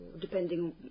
depending